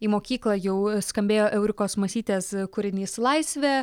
į mokyklą jau skambėjo eurikos masytės kūrinys laisvė